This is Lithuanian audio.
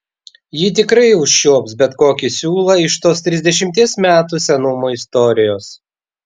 ji tikrai užčiuops bet kokį siūlą iš tos trisdešimties metų senumo istorijos